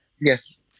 yes